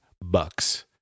bucks